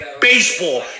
baseball